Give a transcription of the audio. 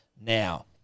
Now